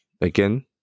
again